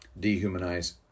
dehumanize